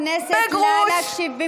חברי הכנסת, נא להקשיב.